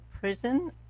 prison